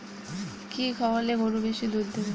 কি খাওয়ালে গরু বেশি দুধ দেবে?